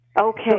Okay